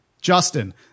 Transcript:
Justin